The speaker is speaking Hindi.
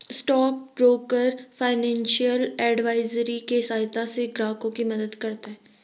स्टॉक ब्रोकर फाइनेंशियल एडवाइजरी के सहायता से ग्राहकों की मदद करता है